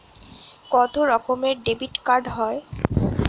কত রকমের ডেবিটকার্ড হয়?